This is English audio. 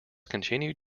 continued